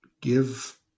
give